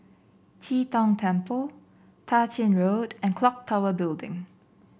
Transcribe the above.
Chee Tong Temple Tah Ching Road and clock Tower Building